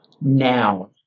now